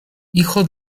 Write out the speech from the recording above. hijo